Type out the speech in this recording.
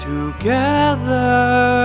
Together